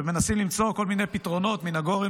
ומנסים למצוא כל מיני פתרונות מן הגורן